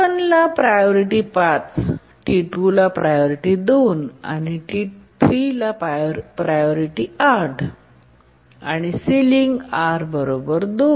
T1ला priority 5 T2 ला priority 2 आणि T3 ला प्रायोरिटी 8 आणि सिलिंग 2